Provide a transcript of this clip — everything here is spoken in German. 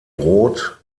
rot